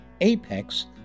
Apex